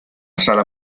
sala